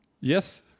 Yes